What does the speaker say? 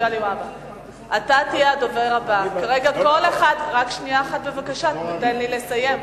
הנושא הבא על סדר-היום: הצעת חוק הרשויות המקומיות (ביטול איחוד